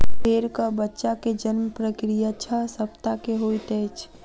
भेड़क बच्चा के जन्म प्रक्रिया छह सप्ताह के होइत अछि